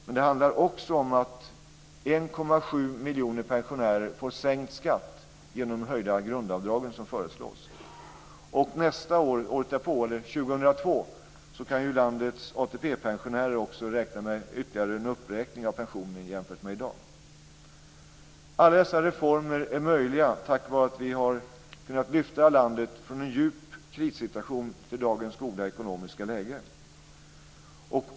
Men det handlar också om att 1,7 miljoner pensionärer får sänkt skatt genom de höjda grundavdrag som föreslås. Året därpå, år 2002, kan landets ATP-pensionärer också räkna med ytterligare en uppräkning av pensionen jämfört med i dag. Alla dessa reformer är möjliga tack vare att vi har kunnat lyfta landet från en djup krissituation till dagens goda ekonomiska läge.